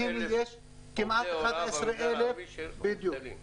וכאלו יש כמעט 11,000. 16,000 עובדי הוראה במגזר הערבי מובטלים.